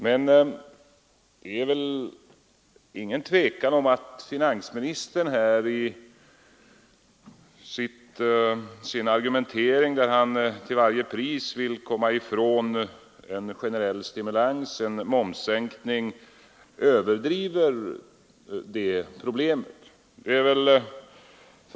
Men det är väl ingen tvekan om att finansministern i sin argumentering, där han till varje pris vill komma ifrån en generell stimulans i form av en momssänkning, överdriver det problemet.